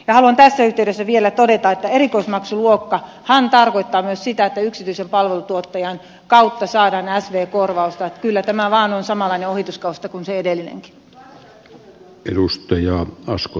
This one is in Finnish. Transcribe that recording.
haluan tässä yhteydessä vielä todeta että erikoismaksuluokkahan tarkoittaa myös sitä että yksityisen palveluntuottajan kautta saadaan sv korvausta että kyllä tämä vain on samanlainen ohituskaista kuin se edellinenkin